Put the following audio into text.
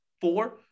four